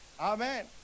amen